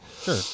Sure